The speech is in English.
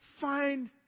find